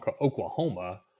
Oklahoma